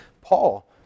Paul